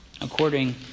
according